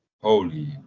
Holy